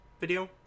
video